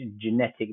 genetic